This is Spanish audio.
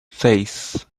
seis